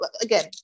again